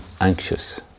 anxious